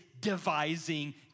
devising